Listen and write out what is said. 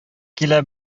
килә